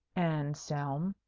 anselm,